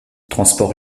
transports